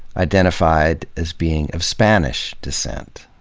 identified as being of spanish descent.